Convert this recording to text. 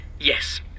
Yes